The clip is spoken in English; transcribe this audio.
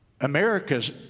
America's